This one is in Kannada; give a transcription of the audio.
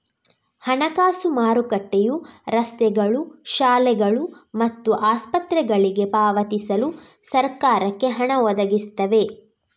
ಹಣಕಾಸು ಮಾರುಕಟ್ಟೆಯು ರಸ್ತೆಗಳು, ಶಾಲೆಗಳು ಮತ್ತು ಆಸ್ಪತ್ರೆಗಳಿಗೆ ಪಾವತಿಸಲು ಸರಕಾರಕ್ಕೆ ಹಣ ಒದಗಿಸ್ತವೆ